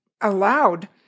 allowed